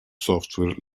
software